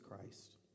Christ